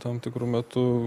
tam tikru metu